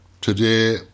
today